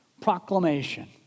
proclamation